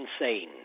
insane